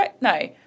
no